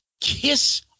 kiss